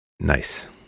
nice